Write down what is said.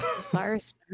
Osiris